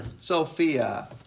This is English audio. Sophia